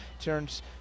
turns